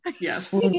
Yes